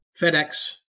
FedEx